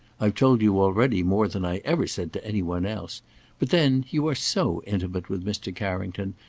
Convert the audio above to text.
i've told you already more than i ever said to any one else but then you are so intimate with mr. carrington,